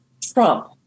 Trump